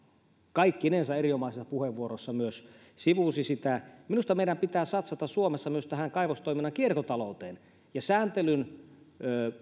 kaikkinensa erinomaisessa puheenvuorossaan myös sivusi minusta meidän pitää satsata suomessa myös tähän kaivostoiminnan kiertotalouteen ja sääntelyn